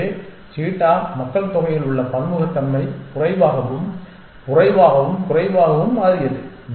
எனவே சீட்டா மக்கள்தொகையில் உள்ள பன்முகத்தன்மை குறைவாகவும் குறைவாகவும் குறைவாகவும் மாறியது